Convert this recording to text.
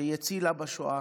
שהיא הצילה בשואה.